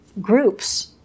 groups